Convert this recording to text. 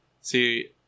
See